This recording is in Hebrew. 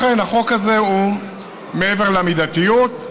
החוק הזה הוא מעבר למידתיות,